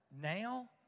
now